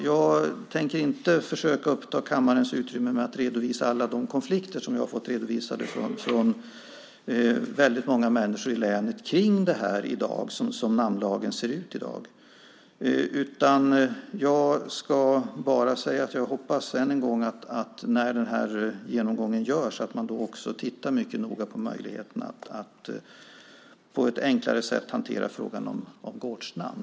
Jag tänker inte uppta kammarens tid med att redovisa alla de konflikter kring hur namnlagen ser ut i dag som jag fått ta del av från många människor i länet utan bara säga att jag hoppas, än en gång, att man, när genomgången görs, även noga tittar på möjligheterna att på ett enklare sätt hantera frågan om gårdsnamn.